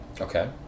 Okay